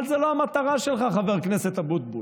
אבל זו לא המטרה שלך, חבר הכנסת אבוטבול.